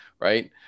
Right